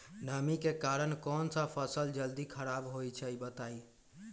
नमी के कारन कौन स फसल जल्दी खराब होई छई बताई?